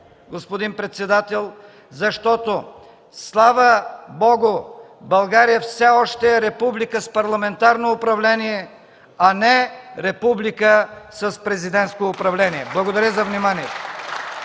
господин председател, защото, слава Богу, България все още е република с парламентарно управление, а не е република с президентско управление. Благодаря за вниманието.